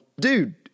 Dude